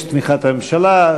יש תמיכת ממשלה,